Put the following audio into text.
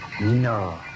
No